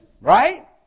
right